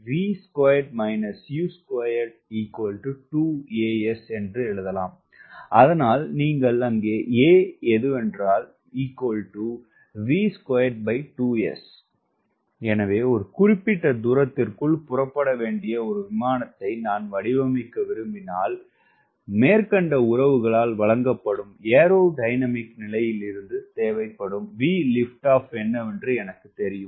அதனால் அதனால் எனவே ஒரு குறிப்பிட்ட தூரத்திற்குள் புறப்பட வேண்டிய ஒரு விமானத்தை நான் வடிவமைக்க விரும்பினால் மேற்கண்ட உறவுகளால் வழங்கப்படும் ஏரோடைனமிக் நிலையில் இருந்து தேவைப்படும் VLO என்னவென்று எனக்குத் தெரியும்